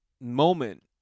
moment